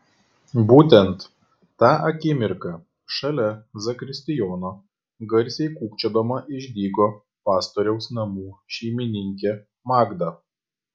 būtent tą akimirką šalia zakristijono garsiai kūkčiodama išdygo pastoriaus namų šeimininkė magda